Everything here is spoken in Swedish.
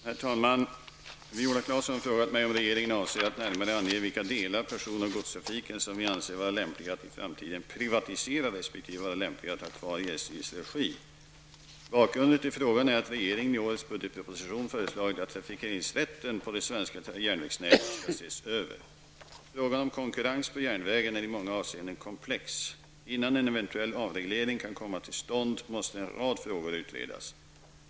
Herr talman! Viola Claesson har frågat mig om regeringen avser att närmare ange vilka delar av person och godstrafiken som vi anser vara lämpliga att i framtiden privatisera resp. vara lämpliga att ha kvar i SJs regi. Frågan om konkurrens på järnvägen är i många avseenden komplex. Innan en eventuell avreglering kan komma till stånd måste en rad frågor utredas.